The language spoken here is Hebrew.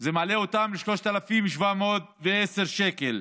זה מעלה אותם ל-3,710 שקל,